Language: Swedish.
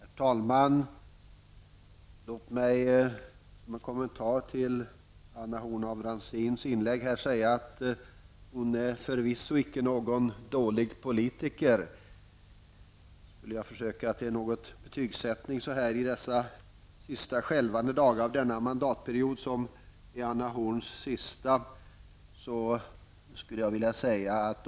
Herr talman! Som en kommentar till Anna Horn af Rantziens inlägg vill jag säga att hon förvisso inte är någon dålig politiker. Jag skall försöka mig på en betygssättning i dessa sista skälvande dagar av den mandatperiod som är Anna Horns sista.